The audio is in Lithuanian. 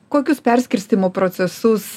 kokius perskirstymo procesus